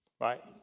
Right